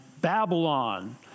Babylon